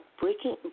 breaking